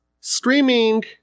screaming